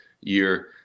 year